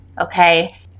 okay